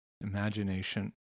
imagination